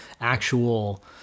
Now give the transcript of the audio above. actual